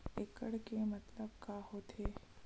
एकड़ के मतलब का होथे?